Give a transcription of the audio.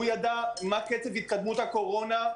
הוא ידע מה קצב התקדמות הקורונה,